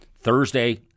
Thursday